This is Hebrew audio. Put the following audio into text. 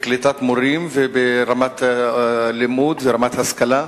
לקליטת מורים ולרמת לימוד ורמת השכלה,